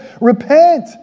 Repent